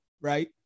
right